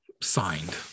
signed